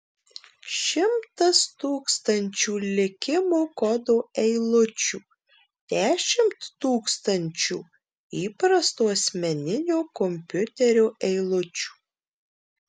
šimtas tūkstančių likimo kodo eilučių dešimt tūkstančių įprasto asmeninio kompiuterio eilučių